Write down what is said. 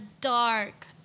dark